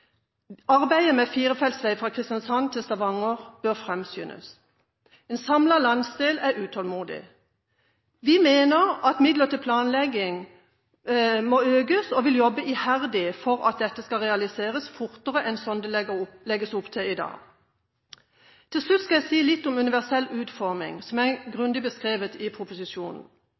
Arbeidet med firefelts vei fra Kristiansand til Stavanger bør framskyndes. En samlet landsdel er utålmodig. Vi mener at midler til planlegging må økes, og vil jobbe iherdig for at dette skal realiseres fortere enn det legges opp til i dag. Til slutt skal jeg si litt om universell utforming, som er grundig beskrevet i proposisjonen.